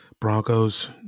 Broncos